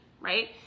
right